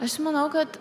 aš manau kad